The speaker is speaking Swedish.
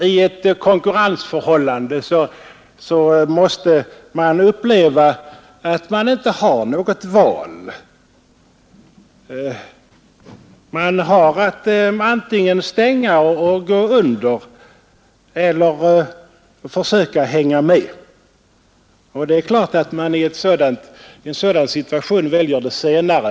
I ett konkurrensförhållande måste man uppleva att man inte har något val; man har att antingen stänga och gå under eller försöka hänga med. Och det är klart att man i en sådan situation väljer det senare.